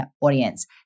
audience